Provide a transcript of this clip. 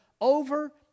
over